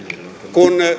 kun